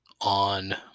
on